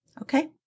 Okay